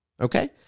Okay